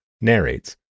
narrates